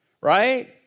Right